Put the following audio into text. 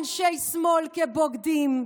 לסימון אנשי שמאל כבוגדים,